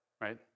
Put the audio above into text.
right